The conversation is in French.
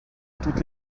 toutes